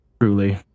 Truly